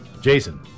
Jason